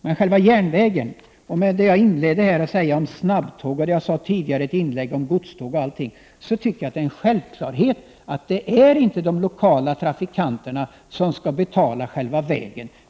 Med anknytning till det som jag tidigare sade om snabbtåg och godståg är det självklart att det inte är de lokala trafikanterna som skall betala järnvägen.